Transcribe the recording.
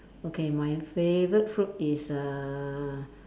okay my favorite food is uh